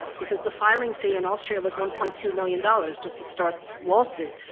because the filing fee in austria was one point two million dollars just to start this lawsuit.